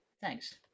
Thanks